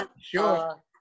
Sure